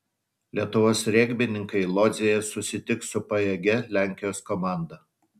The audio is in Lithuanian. lietuvos regbininkai lodzėje susitiks su pajėgia lenkijos komanda